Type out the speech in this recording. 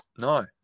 No